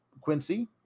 Quincy